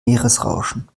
meeresrauschen